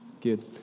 Good